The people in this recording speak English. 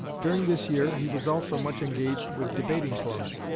during this year he was also much engaged with debating clubs,